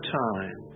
time